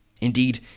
Indeed